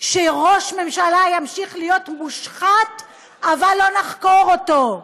שראש ממשלה ימשיך להיות מושחת אבל לא נחקור אותו?